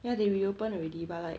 ya they reopen already but like